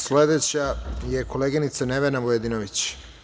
Sledeća je koleginica Nevena Vujadinović.